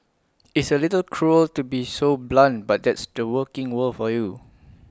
it's A little cruel to be so blunt but that's the working world for you